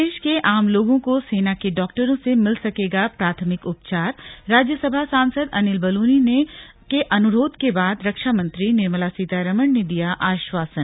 प्रदेश के आम लोगों को सेना के डॉक्टरों से मिल सकेगा प्राथमिक उपचारराज्यसभा सांसद अनिल बलूनी के अनुरोध के बाद रक्षा मंत्री निर्मला सीतारमन ने दिया आश्वासन